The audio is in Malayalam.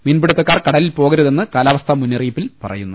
മീൻപിടുത്തക്കാർ കടലിൽ പോകരുതെന്ന് കാലാവസ്ഥാ മുന്നറിയി പ്പിൽ പറയുന്നു